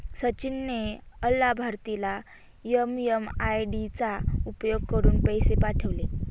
सचिन ने अलाभार्थीला एम.एम.आय.डी चा उपयोग करुन पैसे पाठवले